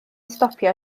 stopio